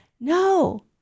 No